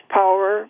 power